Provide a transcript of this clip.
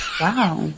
wow